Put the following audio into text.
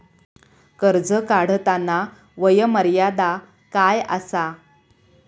कर्ज काढताना वय मर्यादा काय आसा?